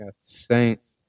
Saints